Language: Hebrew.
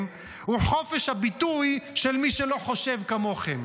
היא חופש הביטוי של מי שלא חושב כמוכם,